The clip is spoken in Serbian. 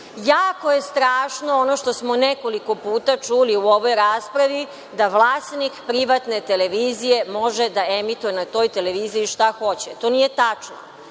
je strašno ono što smo nekoliko puta čuli u ovoj raspravi, da vlasnik privatne televizije može da emituje na toj televiziji šta hoće. To nije tačno.